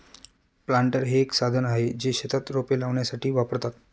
planter हे एक साधन आहे, जे शेतात रोपे लावण्यासाठी वापरतात